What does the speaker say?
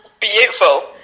beautiful